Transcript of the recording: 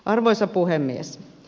arvoisa puhemies